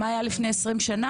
מה היה לפני 20 שנה?